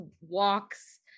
walks